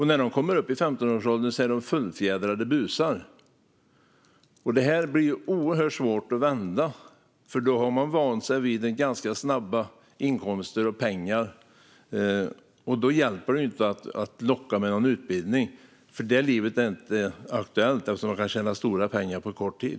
När de kommer upp i 15-årsåldern är de fullfjädrade busar. Detta blir oerhört svårt att vända, för då har de vant sig vid ganska snabba inkomster och pengar. Då hjälper det inte att locka med någon utbildning - det livet är inte aktuellt, eftersom man kan tjäna stora pengar på kort tid.